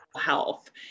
health